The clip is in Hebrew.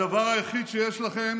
הדבר היחיד שיש לכם,